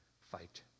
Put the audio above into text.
fight